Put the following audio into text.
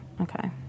Okay